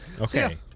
Okay